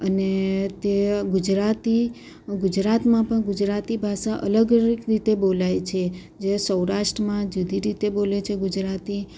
અને તે ગુજરાતી ગુજરાતમાં પણ ગુજરાતી ભાષા અલગ અલગ રીતે બોલાય છે જે સૌરાષ્ટ્રમાં જુદી રીતે બોલે છે ગુજરાતી